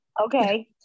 okay